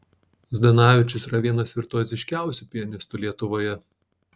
zdanavičius yra vienas virtuoziškiausių pianistų lietuvoje